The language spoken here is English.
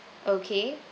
okay